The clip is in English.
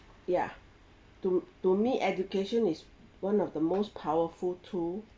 ya to to me education is one of the most powerful tool